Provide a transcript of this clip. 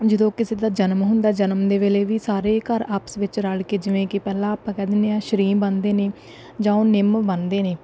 ਜਦੋਂ ਕਿਸੇ ਦਾ ਜਨਮ ਹੁੰਦਾ ਜਨਮ ਦੇ ਵੇਲੇ ਵੀ ਸਾਰੇ ਘਰ ਆਪਸ ਵਿੱਚ ਰਲ ਕੇ ਜਿਵੇਂ ਕਿ ਪਹਿਲਾਂ ਆਪਾਂ ਕਹਿ ਦਿੰਦੇ ਹਾਂ ਸ਼ਰੀਂਹ ਬੰਨ੍ਹਦੇ ਨੇ ਜਾਂ ਉਹ ਨਿੰਮ ਬੰਨ੍ਹਦੇ ਨੇ